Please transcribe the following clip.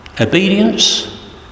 Obedience